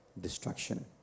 destruction